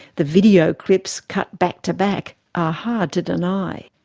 the video clips, cut back to back, are hard to deny.